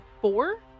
Four